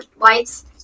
lights